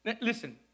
Listen